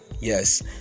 Yes